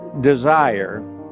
desire